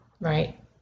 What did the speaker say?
Right